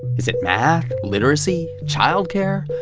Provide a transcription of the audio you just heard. is it math? literacy? childcare?